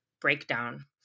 breakdown